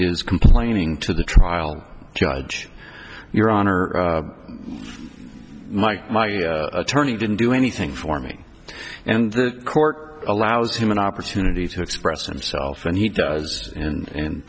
is complaining to the trial judge your honor my attorney didn't do anything for me and the court allows him an opportunity to express himself and he does and and